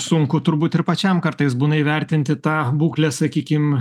sunku turbūt ir pačiam kartais būna įvertinti tą būklę sakykim